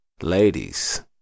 Ladies